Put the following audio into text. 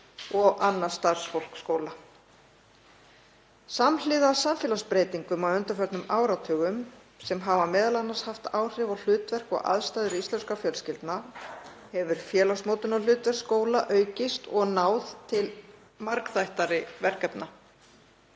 og annað starfsfólk skóla. Samhliða samfélagsbreytingum á undanförnum áratugum, sem hafa m.a. haft áhrif á hlutverk og aðstæður íslenskra fjölskyldna, hefur félagsmótunarhlutverk skóla aukist og náð til margþættari verkefna.